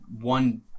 one